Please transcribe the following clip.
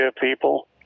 people